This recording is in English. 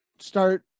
start